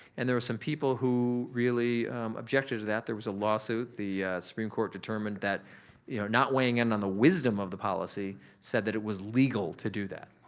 and there are some people who really objected to that. there was a lawsuit. the supreme court determined that you know not weighing in on the wisdom of the policy said that it was legal to do that.